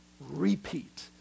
repeat